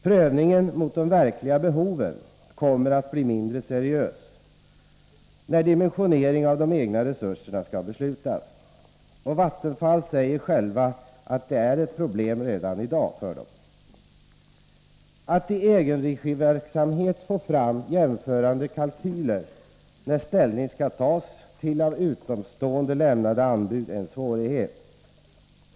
Prövningen mot de verkliga behoven kommer att bli mindre seriös när dimensioneringen av de egna resurserna skall beslutas. Vattenfall säger självt att det är ett problem redan i dag. Att i egenregiverksamhet få fram jämförande kalkyler när ställning skall tas till av utomstående lämnade anbud är en svårighet.